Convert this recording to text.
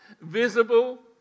visible